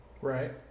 Right